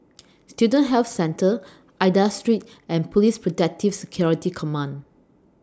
Student Health Centre Aida Street and Police Protective Security Command